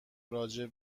راجع